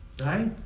Right